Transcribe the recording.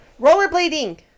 Rollerblading